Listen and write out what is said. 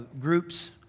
groups